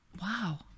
wow